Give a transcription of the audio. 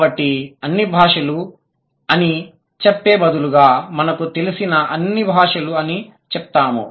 కాబట్టి అన్ని భాషలు అని చెప్పే బదులుగా మనకు తెలిసిన అన్ని భాషలు అని చెప్తాము